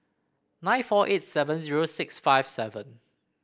nine four eight seven zero six fifty seven